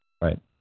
Right